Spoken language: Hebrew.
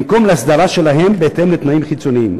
במקום להסדרה שלהן בהתאם לתנאים חיצוניים.